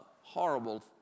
horrible